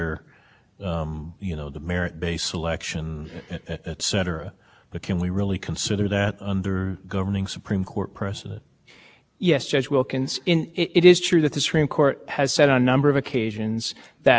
corruption are the only interest that can be served but those were addressing generally a political contribution limits across the board here where despite discrete class of people are targeted and there's a particular purpose for imposing contribution limits on that discrete class